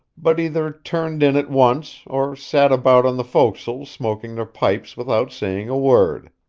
but either turned in at once or sat about on the forecastle smoking their pipes without saying a word.